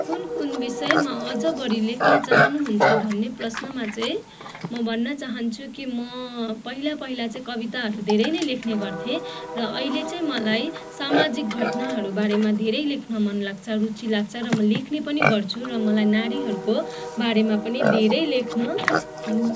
कुन कुन विषयमा अझ बढी लेख्न चाहनुहुन्छ भन्ने प्रश्नमा चाहिँ म भन्न चाहन्छु कि म पहिला पहिला चाहिँ कविताहरू धेरै नै लेख्ने गर्थेँ र अहिले चाहिँ मलाई समाजिक घटनाहरूबारेमा धेरै लेख्न मन लाग्छ रुचि लाग्छ र म लेख्ने पनि गर्छु र मलाई नारीहरूको बारेमा पनि धेरै लेख्न